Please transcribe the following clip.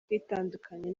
kwitandukanya